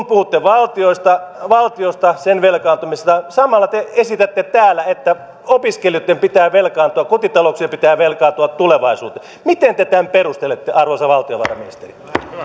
puhutte valtiosta valtiosta sen velkaantumisesta ja samalla te esitätte täällä että opiskelijoitten pitää velkaantua kotitalouksien pitää velkaantua tulevaisuudessa niin miten te tämän perustelette arvoisa valtiovarainministeri